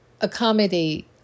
accommodate